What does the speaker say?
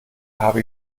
habe